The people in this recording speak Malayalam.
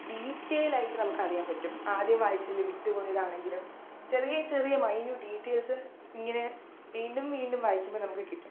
ഡീറ്റെയ്ലായിട്ട് നമുക്കറിയാൻ പറ്റും ആദ്യം വായിച്ചതിൽ വിട്ടുപോയതാണെങ്കിലും ചെറിയ ചെറിയ മൈന്യുട്ട് ഡീറ്റെയിൽസ്സ് ഇങ്ങനെ വീണ്ടും വീണ്ടും വായിക്കുമ്പോൾ നമുക്ക് കിട്ടും